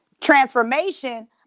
transformation